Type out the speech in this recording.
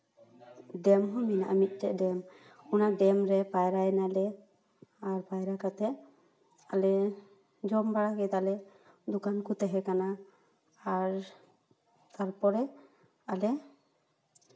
dam ᱦᱚᱸ ᱢᱮᱱᱟᱜᱼᱟ ᱢᱤᱫᱴᱮᱡ ᱰᱮᱢ ᱚᱱᱟ ᱰᱮᱢ ᱨᱮ ᱯᱟᱭᱨᱟᱭ ᱱᱟᱞᱮ ᱟᱨ ᱯᱟᱭᱨᱟ ᱠᱟᱛᱮ ᱟᱞᱮ ᱡᱚᱢ ᱵᱟᱲᱟ ᱠᱮᱫᱟᱞᱮ ᱫᱚᱠᱟᱱ ᱠᱚ ᱛᱟᱦᱮᱸ ᱠᱟᱱᱟ ᱟᱨ ᱛᱟᱨᱯᱚᱨᱮ ᱟᱞᱮ